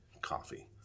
coffee